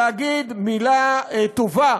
אני רוצה להגיד מילה טובה